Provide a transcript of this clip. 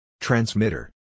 Transmitter